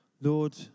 Lord